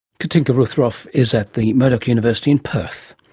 katinka ruthrof is at the murdoch university in perth